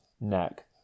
neck